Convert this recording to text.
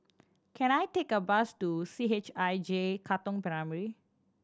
can I take a bus to C H I J Katong Primary